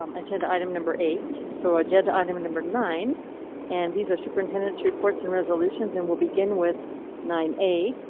um agenda item number eight so agenda item number nine and these are superintendents, reports, and resolutions and will begin with nine a.